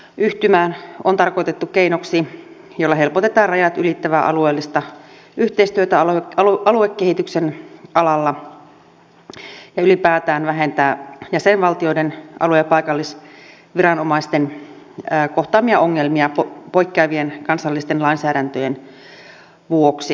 yhtymä on tarkoitettu keinoksi jolla helpotetaan rajat ylittävää alueellista yhteistyötä aluekehityksen alalla ja ylipäätään vähennetään jäsenvaltioiden alue ja paikallisviranomaisten kohtaamia ongelmia poikkeavien kansallisten lainsäädäntöjen vuoksi